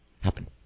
happen